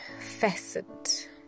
facet